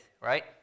right